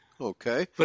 Okay